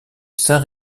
saint